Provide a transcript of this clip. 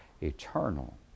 eternal